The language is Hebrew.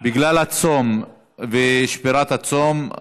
בגלל הצום ושבירת הצום.